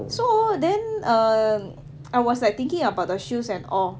so then err I was like thinking about the shoes and all